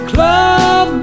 Club